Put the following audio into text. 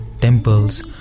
temples